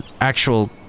actual